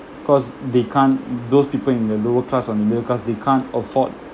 cause they can't those people in the lower class or in the middle class they can't afford